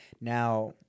now